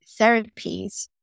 therapies